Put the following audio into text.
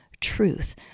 truth